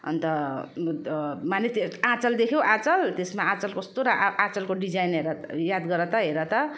अन्त माने त्यो आँचल देख्यौँ आँचल त्यसमा आँचल कस्तो र आँ आँचलको डिजाइन हेर याद गर त हेर त